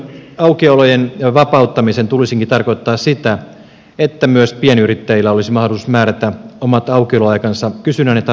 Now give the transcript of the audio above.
kauppojen aukiolojen vapauttamisen tulisikin tarkoittaa sitä että myös pienyrittäjillä olisi mahdollisuus määrätä omat aukioloaikansa kysynnän ja tarpeen mukaan